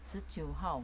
十九号